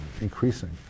increasing